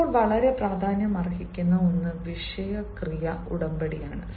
ഇപ്പോൾ വളരെ പ്രാധാന്യമർഹിക്കുന്ന ഒന്ന് വിഷയ ക്രിയ ഉടമ്പടിയാണ്